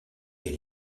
quel